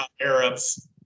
Arabs